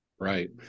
Right